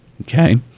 Okay